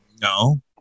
no